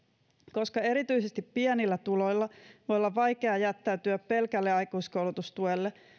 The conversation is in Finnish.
koska erityisesti pienillä tuloilla voi olla vaikea jättäytyä pelkälle aikuiskoulutustuelle